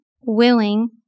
willing